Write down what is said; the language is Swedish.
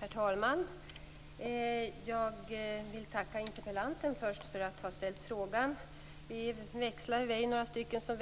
Herr talman! Jag vill först tacka interpellanten för att ha ställt frågan. Vi är några stycken som